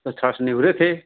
तो सांस निवरे थे